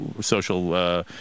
social